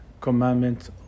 commandment